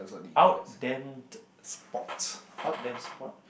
out dent sports out dent sports